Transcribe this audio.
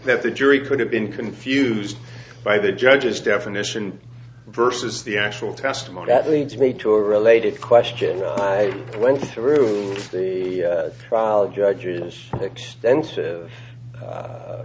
that the jury could have been confused by the judge's definition versus the actual testimony that leads me to a related question i went through the trial judge is extensive